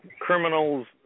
criminals